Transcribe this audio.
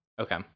okay